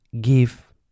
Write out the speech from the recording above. give